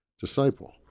disciple